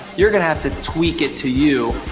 you're gonna have to tweak it to you.